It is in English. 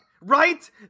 Right